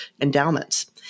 endowments